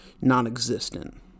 non-existent